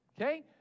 Okay